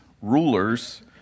rulers